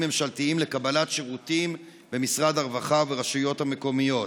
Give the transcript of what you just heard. ממשלתיים לקבלת שירותים במשרד הרווחה והרשויות המקומיות?